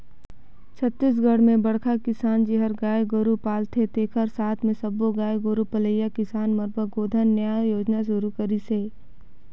छत्तीसगढ़ में बड़खा किसान जेहर गाय गोरू पालथे तेखर साथ मे सब्बो गाय गोरू पलइया किसान मन बर गोधन न्याय योजना सुरू करिस हे